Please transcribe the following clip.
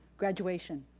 graduation,